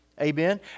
Amen